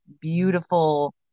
beautiful